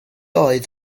oedd